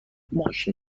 ماشین